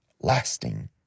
lasting